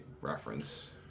reference